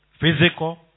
Physical